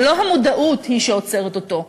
לא המודעות היא שעוצרת אותו,